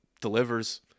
delivers